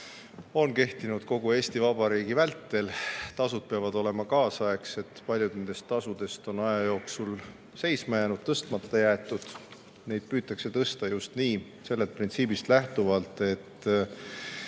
on kehtinud kogu Eesti Vabariigi vältel. Tasud peavad olema kaasaegsed. Paljud nendest tasudest on aja jooksul seisma jäänud, tõstmata jäetud. Neid püütakse tõsta just sellest printsiibist lähtuvalt, et